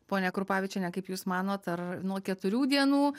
ponia krupavičiene kaip jūs manot ar nuo keturių dienų